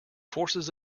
forces